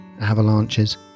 avalanches